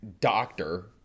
doctor